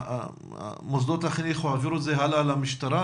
המוסדות העבירו את זה הלאה למשטרה,